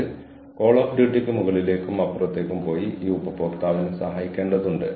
ഇപ്പോൾ ഈ അവസരം നിലവിലുണ്ടെന്ന് അറിയാത്ത നമ്മുടെ സഹപ്രവർത്തകരിൽ ചിലർ ഇപ്പോഴുമുണ്ട്